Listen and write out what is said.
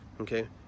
okay